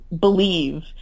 believe